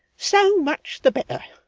so much the better,